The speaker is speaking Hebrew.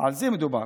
על זה מדובר.